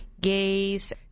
gays